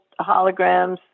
holograms